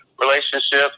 relationship